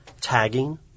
tagging